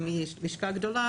אם היא לשכה גדולה,